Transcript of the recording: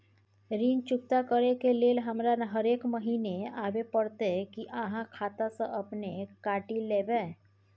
ऋण चुकता करै के लेल हमरा हरेक महीने आबै परतै कि आहाँ खाता स अपने काटि लेबै?